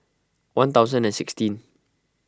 one thousand and sixteen